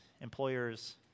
employers